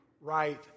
right